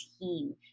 team